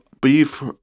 Beef